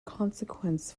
consequence